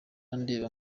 undeba